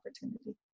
opportunity